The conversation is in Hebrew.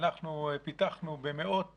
ואנחנו פיתחנו במאות מיליונים,